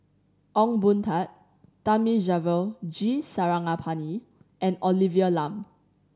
Ong Boon Tat Thamizhavel G Sarangapani and Olivia Lum